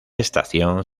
estación